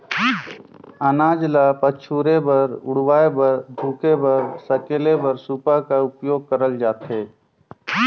अनाज ल पछुरे बर, उड़वाए बर, धुके बर, सकेले बर सूपा का उपियोग करल जाथे